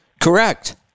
Correct